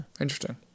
interesting